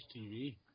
TV